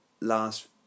Last